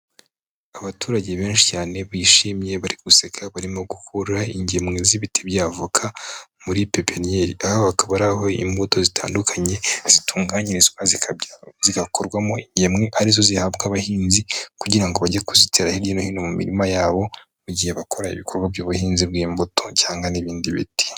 Abaturage benshi cyane bishimye bari guseka barimo gukura ingemwe z'ibiti bya avoka muri pepiniyeri, aha hakaba ari aho imbuto zitandukanye zitunganyirizwa zigakorwamo ingemwe arizo zihabwa abahinzi kugira bajye kuzitera hirya no hino mu mirima yabo mu gihe bakora ibikorwa by'ubuhinzi bw'imbuto cyangwa n'ibindi biti.